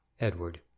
Edward